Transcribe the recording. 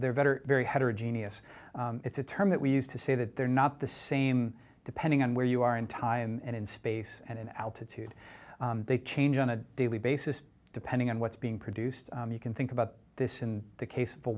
they're better very heterogeneous it's a term that we use to say that they're not the same depending on where you are in time and in space and in altitude they change on a daily basis depending on what's being produced you can think about this in the case for